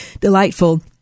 delightful